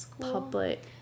public